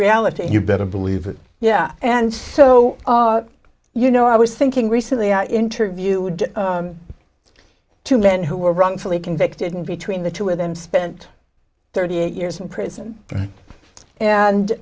reality and you better believe it yeah and so you know i was thinking recently i interviewed two men who were wrongfully convicted and between the two of them spent thirty eight years in prison and